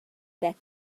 back